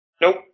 Nope